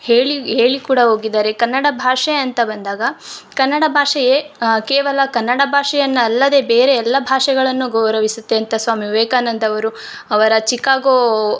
ಹೇಳಿ ಹೇಳಿ ಕೂಡ ಹೋಗಿದ್ದಾರೆ ಕನ್ನಡ ಭಾಷೆ ಅಂತ ಬಂದಾಗ ಕನ್ನಡ ಭಾಷೆಯೇ ಕೇವಲ ಕನ್ನಡ ಭಾಷೆಯನ್ ಅಲ್ಲದೆ ಬೇರೆ ಎಲ್ಲ ಭಾಷೆಗಳನ್ನು ಗೌರವಿಸುತ್ತೆ ಅಂತ ಸ್ವಾಮಿ ವಿವೇಕಾನಂದವರು ಅವರ ಚಿಕಾಗೋ